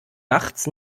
nachts